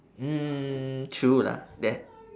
mm true lah that